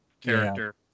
Character